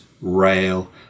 rail